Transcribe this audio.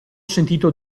sentito